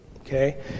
Okay